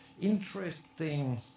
interesting